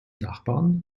nachbarn